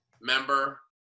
member